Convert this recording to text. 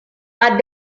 our